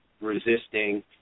resisting